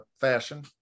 fashion